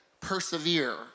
persevere